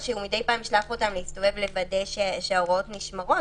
אז שמדי פעם ישלח אותם להסתובב לוודא שההוראות נשמרות.